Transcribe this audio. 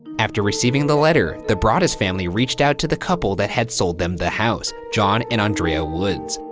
after receiving the letter, the broaddus family reached out to the couple that had sold them the house, john and andrea woods.